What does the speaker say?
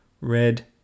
Red